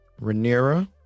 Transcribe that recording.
Rhaenyra